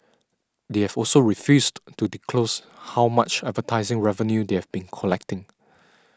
they have also refused to disclose how much advertising revenue they have been collecting